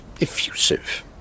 effusive